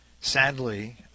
sadly